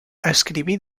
escriví